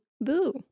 boo